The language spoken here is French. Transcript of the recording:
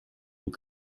aux